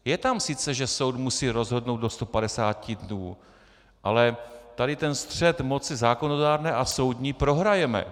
Je tam sice, že soud musí rozhodnout do 150 dnů, ale tady ten střet moci zákonodárné a soudní prohrajeme.